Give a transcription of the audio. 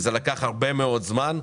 זה לקח הרבה מאוד זמן.